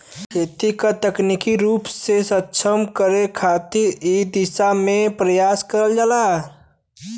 खेती क तकनीकी रूप से सक्षम करे खातिर इ दिशा में प्रयास करल जाला